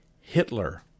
Hitler